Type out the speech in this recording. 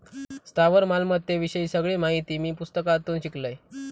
स्थावर मालमत्ते विषयी सगळी माहिती मी पुस्तकातून शिकलंय